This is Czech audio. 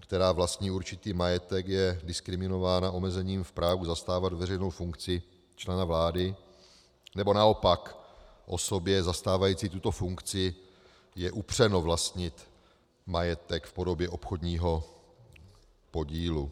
která vlastní určitý majetek, je diskriminována omezením v právu zastávat veřejnou funkci člena vlády, nebo naopak osobě zastávající tuto funkci je upřeno vlastnit majetek v podobě obchodního podílu.